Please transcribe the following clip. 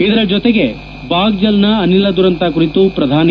ಇದರ ಜೊತೆಗೆ ಬಾಗ್ಜಲ್ನ ಅನಿಲ ದುರಂತ ಕುರಿತು ಶ್ರಧಾನಿ